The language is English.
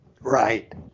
Right